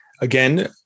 Again